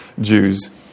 Jews